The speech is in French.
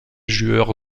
joueur